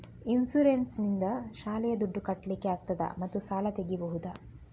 Insurance ನಿಂದ ಶಾಲೆಯ ದುಡ್ದು ಕಟ್ಲಿಕ್ಕೆ ಆಗ್ತದಾ ಮತ್ತು ಸಾಲ ತೆಗಿಬಹುದಾ?